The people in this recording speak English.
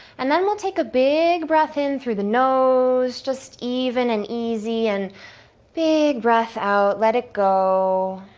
and then we'll take a big breath in through the nose, just even and easy, and big breath out. let it go.